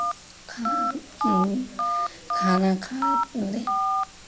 खा खाना खा कर